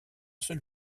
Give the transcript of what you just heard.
seul